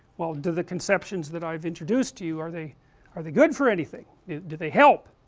well, do the conceptions that i have introduced to you, are they are they good for anything do they help?